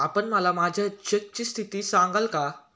आपण मला माझ्या चेकची स्थिती सांगाल का?